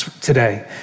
today